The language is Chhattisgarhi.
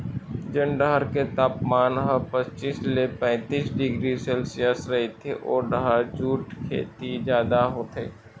जेन डहर के तापमान ह पचीस ले पैतीस डिग्री सेल्सियस रहिथे ओ डहर जूट खेती जादा होथे